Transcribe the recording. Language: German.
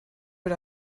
mit